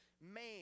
man